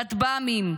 כטב"מים.